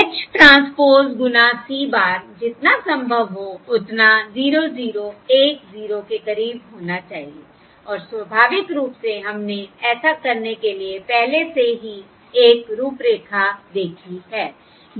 H transpose गुना C bar जितना संभव हो उतना 0 0 1 0 के करीब होना चाहिए और स्वाभाविक रूप से हमने ऐसा करने के लिए पहले से ही एक रूपरेखा देखी है